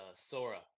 Sora